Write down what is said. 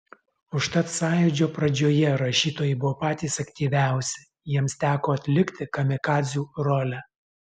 užtat sąjūdžio pradžioje rašytojai buvo patys aktyviausi jiems teko atlikti kamikadzių rolę